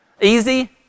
Easy